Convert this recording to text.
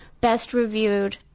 best-reviewed